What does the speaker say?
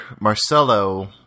Marcelo